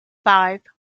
five